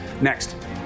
next